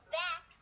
back